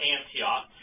Antioch